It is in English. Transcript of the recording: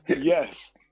Yes